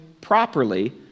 properly